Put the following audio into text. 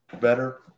better